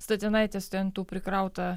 statinaitės ten tų prikrauta